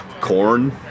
Corn